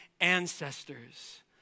ancestors